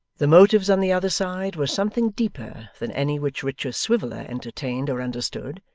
the motives on the other side were something deeper than any which richard swiveller entertained or understood,